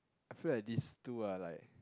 I feel like these two are like